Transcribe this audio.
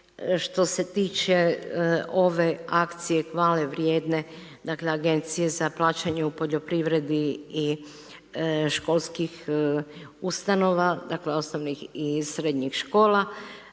što se tiče ove akcije hvalevrijedne, dakle Agencije za plaćanje u poljoprivredi i školskih ustanova, dakle osnovnih i srednjih škola,